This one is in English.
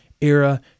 era